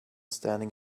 standing